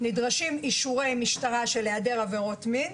נדרשים אישורי משטרה של היעדר עבירות מין,